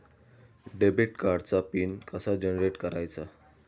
Debit कार्डचा pin कसा generate करायचा?